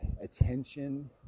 attention